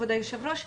כבוד היושב ראש,